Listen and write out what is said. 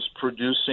producing